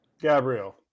Gabriel